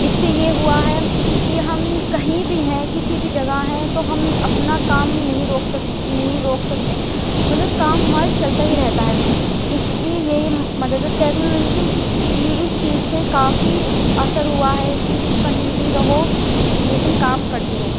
اس سے یہ ہوا ہے کہ ہم کہیں بھی ہیں کسی بھی جگہ ہیں تو ہم اپنا کام نہیں روک سکتے نہیں روک سکتے مطلب کام ہمارا چلتا ہی رہتا ہے اس کی یہی مدد ہے ٹیکنالوجی سے یہ اس چیز سے کافی اثر ہوا ہے کہ کہیں بھی رہو لیکن کام کرتے رہو